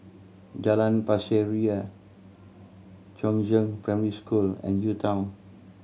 Jalan Pasir Ria Chongzheng Primary School and UTown